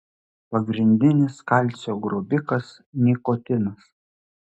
pagrindinis kalcio grobikas nikotinas